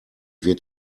wird